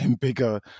bigger